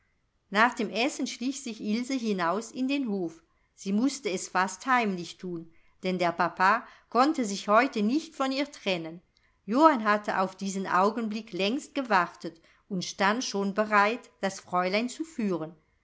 nach dem essen schlich sich ilse hinaus in den hof sie mußte es fast heimlich thun denn der papa konnte sich heute nicht von ihr trennen johann hatte auf diesen augenblick längst gewartet und stand schon bereit das fräulein zu führen